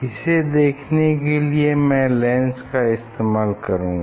इसे देखने के लिए मैं लेंस का इस्तेमाल करूँगा